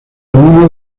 uno